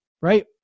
right